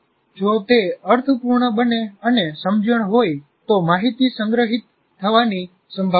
જો તે અર્થપૂર્ણ બને અને સમજણ હોય તો માહિતી સંગ્રહિત થવાની સંભાવના છે